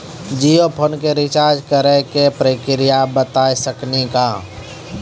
Jio phone के recharge करे के का प्रक्रिया बता साकिनी का?